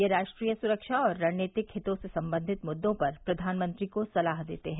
ये राष्ट्रीय सुरक्षा और रणनीतिक हितों से संबंधित मुद्दों पर प्रधानमंत्री को सलाह देते हैं